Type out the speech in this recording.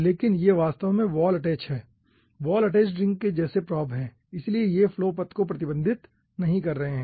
लेकिन ये वास्तव में वॉल अटैच है वॉल अटैच्ड रिंग के जैसे प्रोब हैं इसलिए ये फ्लो पथ को प्रतिबंधित नहीं कर रहे हैं